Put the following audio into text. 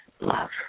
love